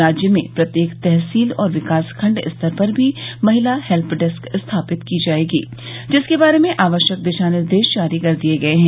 राज्य में प्रत्येक तहसील और विकास खंड स्तर पर भी महिला हेल्प डेस्क स्थापित की जायेंगी जिसके बारे में आवश्यक दिशा निर्देश जारी कर दिये गये है